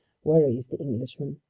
worries the englishman.